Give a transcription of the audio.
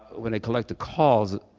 when a collector calls,